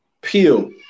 Peel